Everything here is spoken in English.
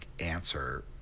answer